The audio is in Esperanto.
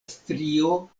strio